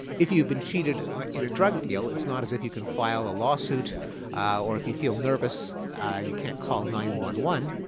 if you've been cheated in a drug deal it's not as if you can file a lawsuit or if you feel nervous you can't call nine one one.